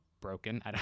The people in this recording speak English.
broken